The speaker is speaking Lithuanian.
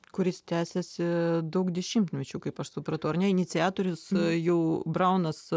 kuris tęsiasi daug dešimtmečių kaip aš supratau ar ne iniciatorius jau braunas